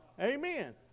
Amen